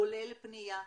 כולל פנייה,